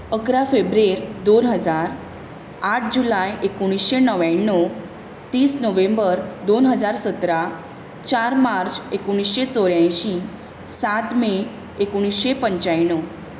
अकरा फेब्रेर दोन हजार आठ जुलाय एकुणशें णव्याणव तीस नोव्हेंबर दोन हजार सतरा चार मार्च एकुणशें चवद्यांयशीं सात मे एकुणशें पंच्याणव